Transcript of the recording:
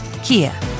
Kia